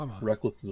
Reckless